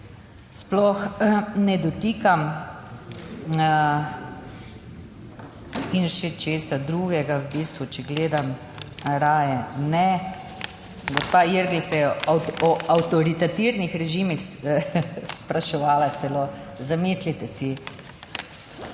sploh ne dotikam in še česa drugega v bistvu, če gledam raje, ne. Gospa Irgl se je o avtoritativnih režimih spraševala celo. Zamislite si.